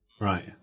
Right